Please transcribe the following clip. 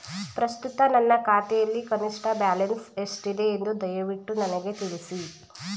ಪ್ರಸ್ತುತ ನನ್ನ ಖಾತೆಯಲ್ಲಿ ಕನಿಷ್ಠ ಬ್ಯಾಲೆನ್ಸ್ ಎಷ್ಟಿದೆ ಎಂದು ದಯವಿಟ್ಟು ನನಗೆ ತಿಳಿಸಿ